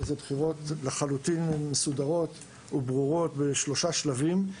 אלא בחירות לחלוטין מסודרות וברורות בשלושה שלבים.